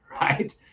Right